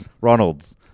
Ronald's